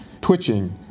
twitching